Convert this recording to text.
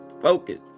Focus